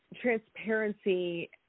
transparency